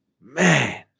Man